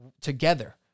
together